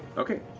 okay,